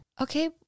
Okay